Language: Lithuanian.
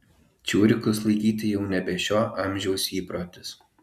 čiurikus laikyti jau nebe šio amžiaus įprotis